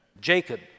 Jacob